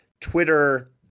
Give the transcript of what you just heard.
Twitter